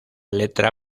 letra